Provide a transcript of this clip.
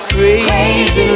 Crazy